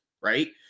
right